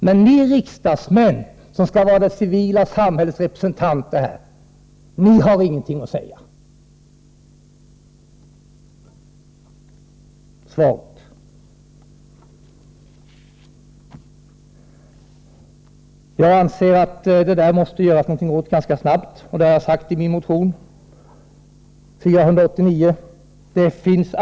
Men ni riksdagsmän, som skall vara det civila samhällets representanter, har ingenting att säga om detta. Det är svagt. Jag anser att det måste göras något åt detta ganska snabbt, och det har jag framhållit i min motion 489.